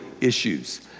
issues